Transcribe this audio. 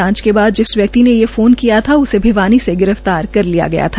जांच के बाद जिस व्यक्ति ने यह फ़ोन किया था उसे भिवानी से गिरफ्तार कर लिया गया था